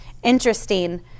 Interesting